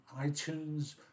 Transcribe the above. iTunes